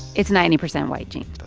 it's ninety percent white, gene.